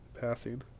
passing